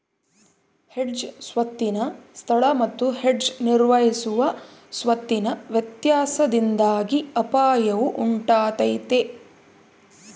hedge ಸ್ವತ್ತಿನ ಸ್ಥಳ ಮತ್ತು ಹೆಡ್ಜ್ ಕಾರ್ಯನಿರ್ವಹಿಸುವ ಸ್ವತ್ತಿನ ವ್ಯತ್ಯಾಸದಿಂದಾಗಿ ಅಪಾಯವು ಉಂಟಾತೈತ